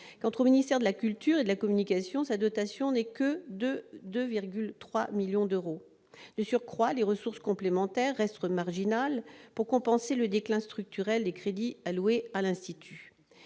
Quant au ministère de la culture et de la communication, sa dotation n'est que de 2,3 millions d'euros. De surcroît, les ressources complémentaires restent marginales pour compenser le déclin structurel des crédits alloués à l'institut.